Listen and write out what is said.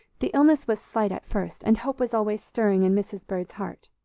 the illness was slight at first, and hope was always stirring in mrs. bird's heart.